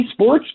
esports